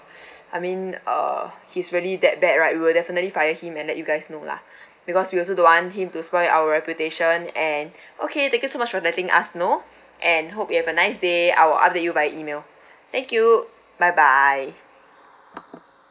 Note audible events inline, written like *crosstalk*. *breath* I mean uh he's really that bad right we will definitely fire him and let you guys know lah *breath* because we also don't want him to spoil our reputation and *breath* okay thank you so much for letting us know and hope you have a nice day I'll update you by email thank you bye bye